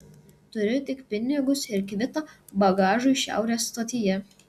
turiu tik pinigus ir kvitą bagažui šiaurės stotyje